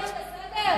זה בסדר?